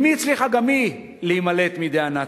אמי הצליחה גם היא להימלט מידי הנאצים.